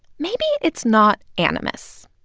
maybe it's not animus.